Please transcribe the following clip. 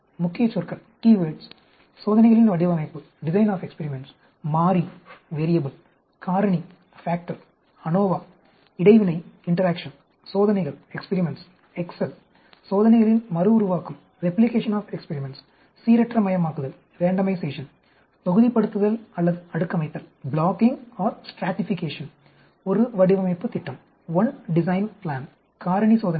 முக்கியச்சொற்கள் சோதனைகளின் வடிவமைப்பு மாறி காரணி அநோவா இடைவினை சோதனைகள் எக்செல் சோதனைகளின் மறுஉருவாக்கம் சீரற்றமயமாக்குதல் தொகுதிப்படுத்துதல் அல்லது அடுக்கமைத்தல் ஒரு வடிவமைப்பு திட்டம் காரணி சோதனைகள்